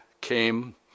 came